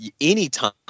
anytime